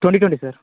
twenty twenty sir